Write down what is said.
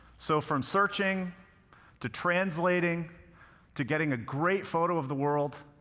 so from searching to translating to getting a great photo of the world,